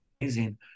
amazing